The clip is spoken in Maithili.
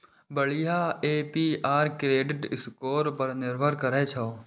बढ़िया ए.पी.आर क्रेडिट स्कोर पर निर्भर करै छै